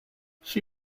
she